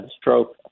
stroke